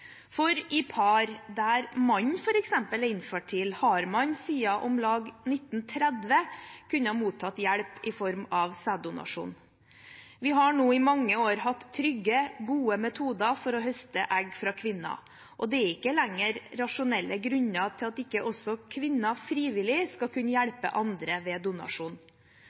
for i par der mannen f.eks. er infertil, har man siden om lag 1930 kunnet motta hjelp i form av sæddonasjon. Vi har nå i mange år hatt trygge, gode metoder for å høste egg fra kvinnen, og det er ikke lenger rasjonelle grunner til at ikke også kvinner frivillig skal kunne hjelpe andre ved donasjon.